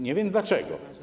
Nie wiem dlaczego.